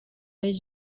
های